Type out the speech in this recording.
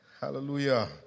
Hallelujah